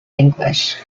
english